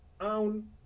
own